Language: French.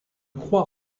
croix